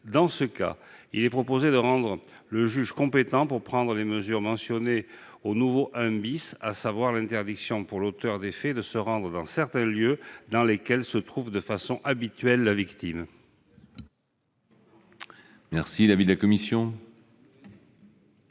Dans ce cas, il est proposé de rendre le juge compétent pour prendre les mesures mentionnées au nouveau 1° , à savoir l'interdiction pour l'auteur des faits de se rendre dans certains des lieux fréquentés habituellement par la victime. Quel est l'avis de la commission